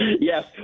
Yes